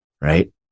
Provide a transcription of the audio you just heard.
right